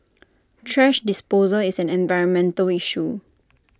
trash disposal is an environmental issue